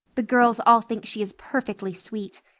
the girls all think she is perfectly sweet.